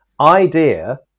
idea